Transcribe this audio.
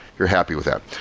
you're happy with that.